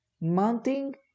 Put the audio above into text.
mounting